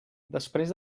després